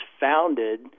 founded